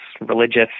religious